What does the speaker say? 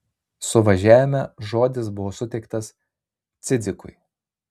suvažiavime žodis buvo suteiktas cidzikui